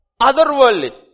otherworldly